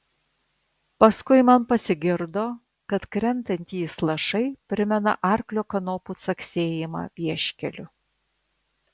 paskui man pasigirdo kad krentantys lašai primena arklio kanopų caksėjimą vieškeliu